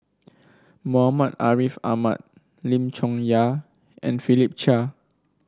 Muhammad Ariff Ahmad Lim Chong Yah and Philip Chia